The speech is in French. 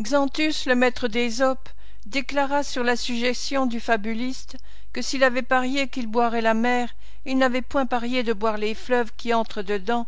xanthus le maître d'ésope déclara sur la suggestion du fabuliste que s'il avait parié qu'il boirait la mer il n'avait point parié de boire les fleuves qui entrent dedans